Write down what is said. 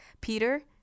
Peter